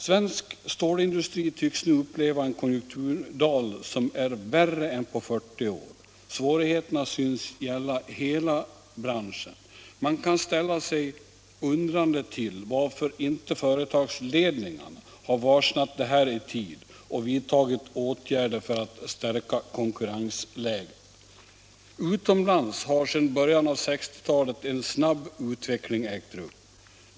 Svensk stålindustri tycks nu uppleva en konjunkturdal som är värre än på 40 år. Svårigheterna synes gälla hela branschen. Man kan ställa sig undrande till varför inte företagsledningarna har varsnat det här i tid och vidtagit åtgärder för att stärka konkurrensläget. Utomlands har sedan början av 1960-talet en snabb utveckling ägt rum.